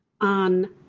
on